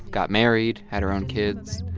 got married, had her own kids.